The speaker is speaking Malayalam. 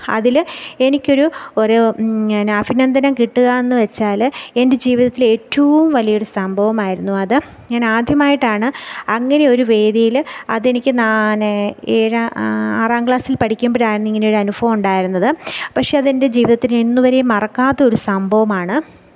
അതിൽ എനിക്കൊരു ഒരു പിന്നെ അഭിനന്ദനം കിട്ടുക എന്ന് വെച്ചാൽ എൻ്റെ ജീവിതത്തിലെ ഏറ്റവും വലിയൊരു സംഭവമായിരുന്നു അത് ഞാൻ ആദ്യമായിട്ടാണ് അങ്ങനെയൊരു വേദീയിൽ അതെനിക്ക് നാ നെ ഏഴാ ആറാം ക്ലാസിൽ പഠിക്കുമ്പോഴായിരുന്നു ഇങ്ങനെയൊരു അനുഭവം ഉണ്ടായിരുന്നത് പക്ഷേ അത് എൻറെ ജീവിതത്തിനെ ഇന്നുവരെയും മറക്കാത്തൊരു സംഭവമാണ്